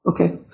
Okay